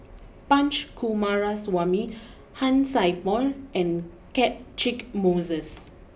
Punch Coomaraswamy Han Sai Por and Catchick Moses